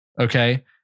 Okay